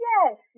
Yes